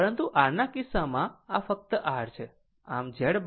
પરંતુ R ના કિસ્સામાં આ ફક્ત R છે